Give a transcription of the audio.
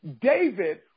David